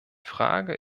frage